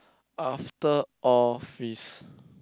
after office